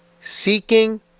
seeking